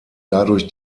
dadurch